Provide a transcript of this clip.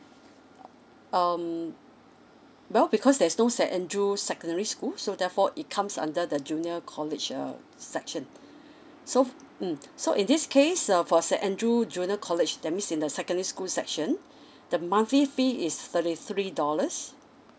um well because there's no saint andrews secondary school so therefore it comes under the junior college uh section so mm so in this case uh for saint andrew junior college that means in the secondary school section the monthly fee is thirty three dollars